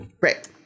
Right